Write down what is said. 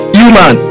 human